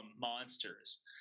monsters